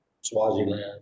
Swaziland